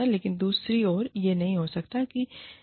लेकिन दूसरी ओर यह नहीं हो सकता है